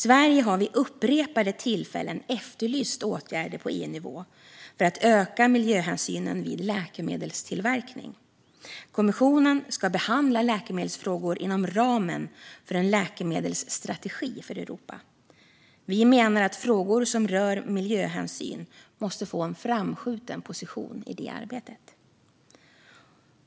Sverige har vid upprepade tillfällen efterlyst åtgärder på EU-nivå för att öka miljöhänsynen vid läkemedelstillverkning. Kommissionen ska behandla läkemedelsfrågor inom ramen för en läkemedelsstrategi för Europa. Vi menar att frågor som rör miljöhänsyn måste få en framskjuten position i det arbetet.